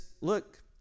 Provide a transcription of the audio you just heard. look